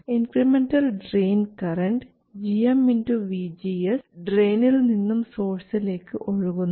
incremental drain current gm vGS ഡ്രയിനിൽ നിന്നും സോഴ്സിലേക്ക് ഒഴുകുന്നു